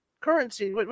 currency